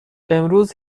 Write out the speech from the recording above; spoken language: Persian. امروز